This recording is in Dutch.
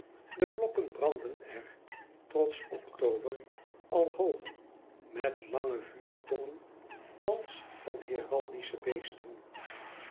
de blokken brandden er trots oktober al hoog met lange vuurtongen als van heraldische beesten